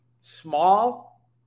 small